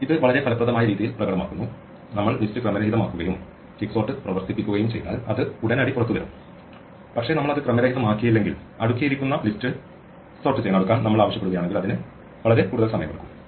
ഇത് വളരെ ഫലപ്രദമായ രീതിയിൽ പ്രകടമാക്കുന്നു നമ്മൾ ലിസ്റ്റ് ക്രമരഹിതമാക്കുകയും നമ്മൾ ക്വിക്ക്സോർട്ട് പ്രവർത്തിപ്പിക്കുകയും ചെയ്താൽ അത് ഉടനടി പുറത്തുവരും പക്ഷേ നമ്മൾ അത് ക്രമരഹിതമാക്കിയില്ലെങ്കിൽ അടുക്കിയിരിക്കുന്ന ലിസ്റ്റ് അടുക്കാൻ നമ്മൾ ആവശ്യപ്പെടുകയാണെങ്കിൽ അതിന് വളരെ സമയമെടുക്കും